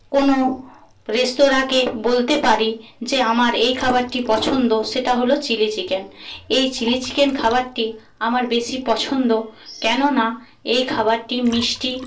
কোন রেস্তোরাঁকে বলতে পারি যে আমার এই খাবারটি পছন্দ সেটা হল চিলি চিকেন এই চিলি চিকেন খাবারটি আমার বেশী পছন্দ কেননা এই খাবারটি মিষ্টি